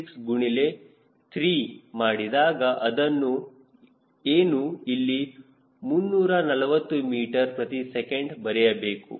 6 ಗುಣಿಲೆ 3 ಮಾಡಿದಾಗ ಅಂದರೆ ಏನು ಇಲ್ಲಿ 340 ಮೀಟರ್ ಪ್ರತಿ ಸೆಕೆಂಡ್ ಬರೆಯಬೇಕು